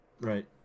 Right